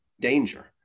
danger